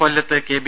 കൊല്ലത്ത് കൊബി